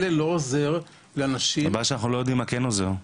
כלא לא עוזר לאנשים --- הבעיה היא שאנחנו לא יודעים מה כן עוזר.